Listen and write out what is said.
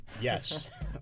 yes